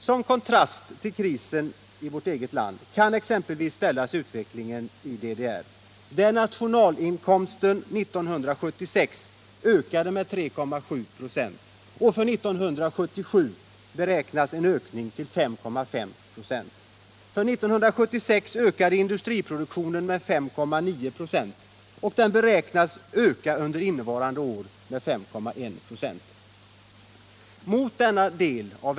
Som en kontrast till krisen i Sverige kan exempelvis ställas utvecklingen i DDR, där nationalinkomsten 1976 ökade med 3,7 26 och där man för 1977 beräknar en ökning till 5,5 96. År 1976 ökade industriproduktionen med 5,9 26 och den beräknas öka under innevarande år med 5,1 96.